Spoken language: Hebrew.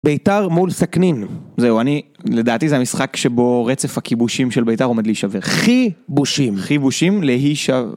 ביתר מול סכנין, זהו אני, לדעתי זה המשחק שבו רצף הכיבושים של ביתר עומד להישבר, חיבושים, חיבושים להישר...